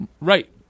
Right